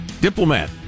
diplomat